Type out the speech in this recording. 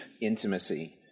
intimacy